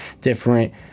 different